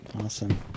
Awesome